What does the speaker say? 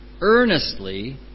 earnestly